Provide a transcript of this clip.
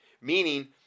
Meaning